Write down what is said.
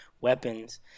weapons